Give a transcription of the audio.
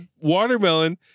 watermelon